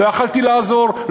לא יכולתי לעזור,